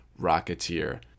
Rocketeer